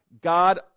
God